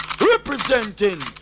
representing